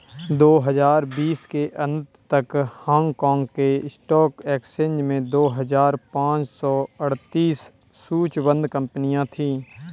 दो हजार बीस के अंत तक हांगकांग के स्टॉक एक्सचेंज में दो हजार पाँच सौ अड़तीस सूचीबद्ध कंपनियां थीं